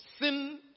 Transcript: sin